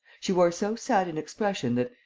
she wore so sad an expression that,